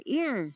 ear